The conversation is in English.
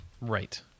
Right